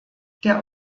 der